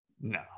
No